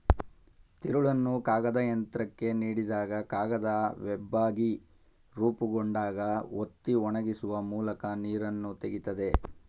ತಿರುಳನ್ನು ಕಾಗದಯಂತ್ರಕ್ಕೆ ನೀಡಿದಾಗ ಕಾಗದ ವೆಬ್ಬಾಗಿ ರೂಪುಗೊಂಡಾಗ ಒತ್ತಿ ಒಣಗಿಸುವ ಮೂಲಕ ನೀರನ್ನು ತೆಗಿತದೆ